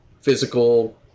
physical